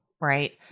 Right